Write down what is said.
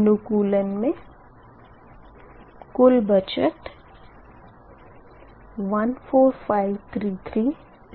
अनुकूलन मे कुल बचत14533K1K2